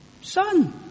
son